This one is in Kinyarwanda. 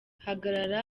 hagarara